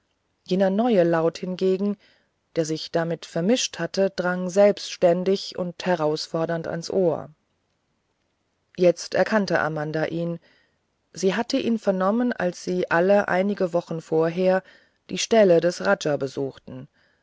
jener neue laut hingegen der sich damit vermischt hatte drang selbständig und herausfordernd ans ohr und jetzt erkannte amanda ihn sie hatte ihn vernommen als sie alle einige wochen vorher die ställe des rajas besuchten